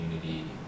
community